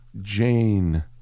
Jane